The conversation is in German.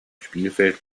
spielfeld